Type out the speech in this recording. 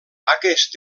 aquest